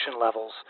levels